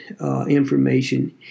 information